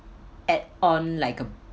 add on like a